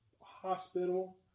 hospital